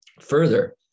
Further